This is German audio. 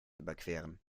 überqueren